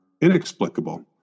inexplicable